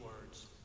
words